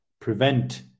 prevent